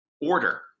order